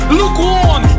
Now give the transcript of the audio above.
lukewarm